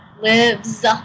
lives